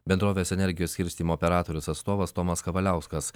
bendrovės energijos skirstymo operatorius atstovas tomas kavaliauskas